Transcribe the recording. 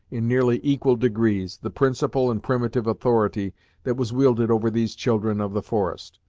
in nearly equal degrees, the principal and primitive authority that was wielded over these children of the forest.